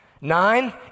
Nine